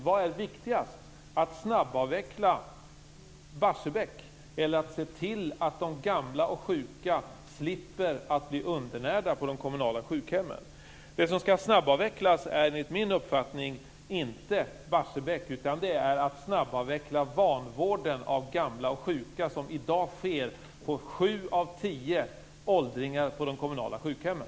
Vad är då viktigast, att snabbavveckla Barsebäck eller att se till att de gamla och de sjuka slipper att bli undernärda på de kommunala sjukhemmen? Det som skall snabbavvecklas är enligt min uppfattning inte Barsebäck utan vanvården av gamla och sjuka, vilket i dag sker i fråga om sju av tio åldringar på de kommunala sjukhemmen.